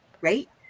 right